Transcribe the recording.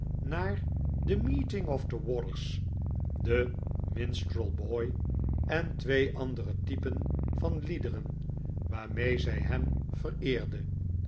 naar the meeting of the wathers the minsthrel boy en twee andere typen van liederen waarmee zij hem vereerde